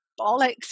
bollocks